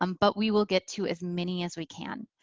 um but we will get to as many as we can.